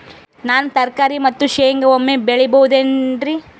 ನಾನು ತರಕಾರಿ ಮತ್ತು ಶೇಂಗಾ ಒಮ್ಮೆ ಬೆಳಿ ಬಹುದೆನರಿ?